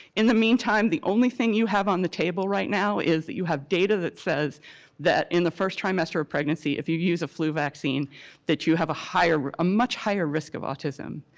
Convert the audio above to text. in the meantime, the only thing you have on the table right now is that you have data that says that in the first trimester of pregnancy if you use a flu vaccine that you have a much higher risk of autism.